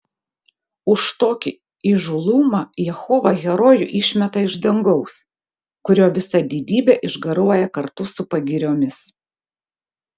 už tokį įžūlumą jehova herojų išmeta iš dangaus kurio visa didybė išgaruoja kartu su pagiriomis